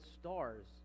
stars